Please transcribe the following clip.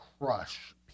crush